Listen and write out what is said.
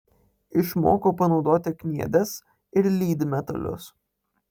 išmoko panaudoti kniedes ir lydmetalius